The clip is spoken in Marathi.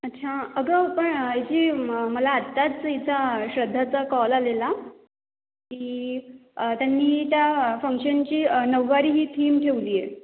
अच्छा अगं पण जी मला आत्ताच हिचा श्रद्धाचा कॉल आलेला की त्यांनी त्या फंक्शनची नऊवारी ही थीम ठेवली आहे